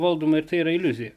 valdoma ir tai yra iliuzija